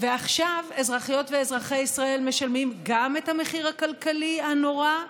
ועכשיו אזרחיות ואזרחי ישראל משלמים גם את המחיר הכלכלי הנורא,